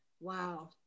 Wow